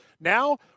Now